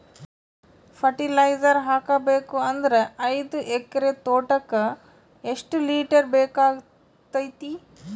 Fertiliser ಹಾಕಬೇಕು ಅಂದ್ರ ಐದು ಎಕರೆ ತೋಟಕ ಎಷ್ಟ ಲೀಟರ್ ಬೇಕಾಗತೈತಿ?